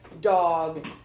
dog